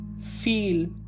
feel